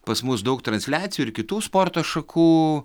pas mus daug transliacijų ir kitų sporto šakų